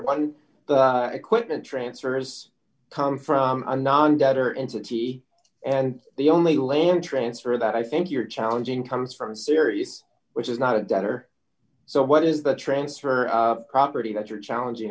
one equipment transfers come from a non debtor in city and the only lame transfer that i think you're challenging comes from sirius which is not a debtor so what is the transfer property that you're challenging